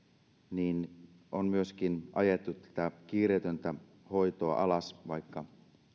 on myöskin ajettu tätä kiireetöntä hoitoa alas vaikka